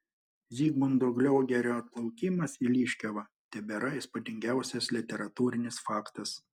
zigmunto gliogerio atplaukimas į liškiavą tebėra įspūdingiausias literatūrinis faktas